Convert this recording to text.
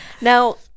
Now